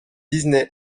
disney